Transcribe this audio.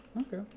Okay